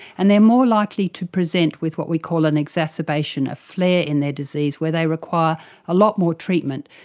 and they're more likely to present with what we call an exacerbation, a flare in their disease where they require a lot more treatment,